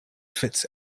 fits